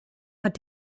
hat